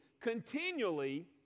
continually